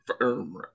firm